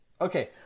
Okay